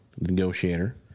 Negotiator